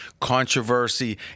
controversy